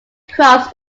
crops